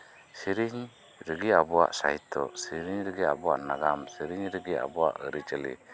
ᱥᱮᱹᱨᱮᱹᱧ ᱨᱮᱜᱮ ᱟᱵᱚᱣᱟᱜ ᱥᱟᱹᱦᱤᱛᱛᱚ ᱥᱮᱹᱨᱮᱹᱧ ᱨᱮᱜᱮ ᱟᱵᱚᱣᱟᱜ ᱱᱟᱜᱟᱢ ᱥᱮᱹᱨᱮᱹᱧ ᱨᱮᱜᱮ ᱟᱵᱚᱣᱟᱜ ᱟᱹᱨᱤᱪᱟᱹᱞᱤ